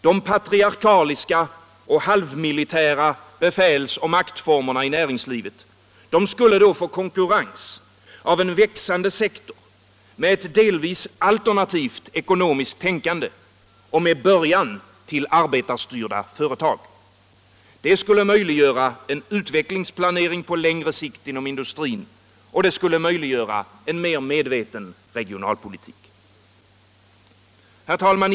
De patriarkaliska och halvmilitära befälsoch maktformerna i näringslivet skulle då få konkurrens av en växande sektor med ett delvis alternativt ekonomiskt tänkande och med början till arbetarstyrda företag. Det skulle möjliggöra en utvecklingsplanering på längre sikt inom industrin. Det skulle möjliggöra en medveten regionalpolitik. Herr talman!